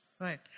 Right